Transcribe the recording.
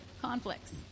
conflicts